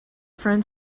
friend